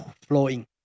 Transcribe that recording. Flowing